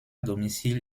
domicile